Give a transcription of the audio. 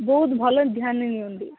ବହୁତ ଭଲ ଧ୍ୟାନ ନିଅନ୍ତି